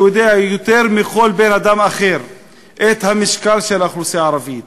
שיודע יותר מכל בן-אדם אחר את המשקל של האוכלוסייה הערבית,